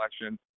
election